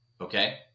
Okay